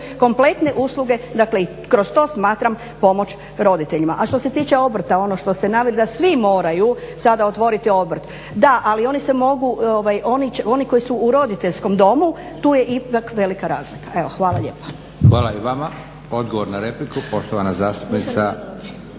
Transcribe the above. kompletne usluge. Dakle, i kroz to smatram pomoć roditeljima. A što se tiče obrta ono što ste naveli da svi moraju sada otvoriti obrt, da, ali oni se mogu oni koji su u roditeljskom domu tu je ipak velika razlika. Evo, hvala lijepa.